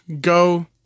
go